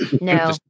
no